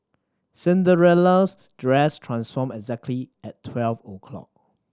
Cinderella's dress transformed exactly at twelve o' clock